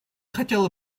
хотела